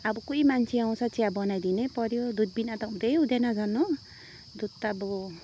अब कोही मान्छे आउँछ चिया बनाइदिनै पऱ्यो दुध बिना त हुँदै हुँदैन झन् हो दुध त अब